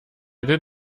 did